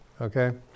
okay